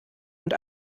und